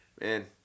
Man